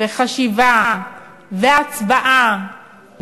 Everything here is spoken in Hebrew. חשיבה והצבעה,